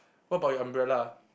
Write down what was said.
what about your umbrella